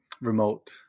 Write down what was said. remote